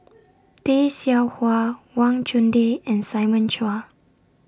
Tay Seow Huah Wang Chunde and Simon Chua